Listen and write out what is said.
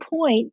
point